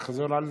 תחזור על זה.